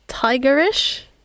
tigerish